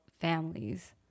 families